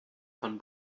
von